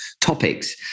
topics